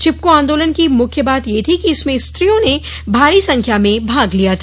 चिपको आन्दोलन की मुख्य बात यह थी कि इसमें स्त्रियों ने भारी संख्या में भाग लिया था